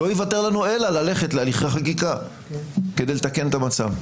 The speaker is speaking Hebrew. לא ייוותר לנו אלא ללכת להליכי חקיקה כדי לתקן את המצב.